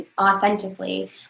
authentically